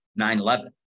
9-11